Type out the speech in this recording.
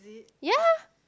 ya